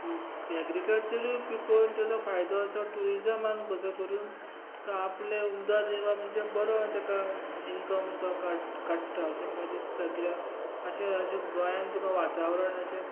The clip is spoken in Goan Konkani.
एग्रीकलचरूय पिकोवन तेजो फायदो असो ट्युरिजमान कसो करून तो आपलें उदरनिर्वाह म्हणजे बरो तेका इनकम तो काड काडटा अशें माका दिसता किद्याक अशें अशें गोंयान तुका वातावरण अशें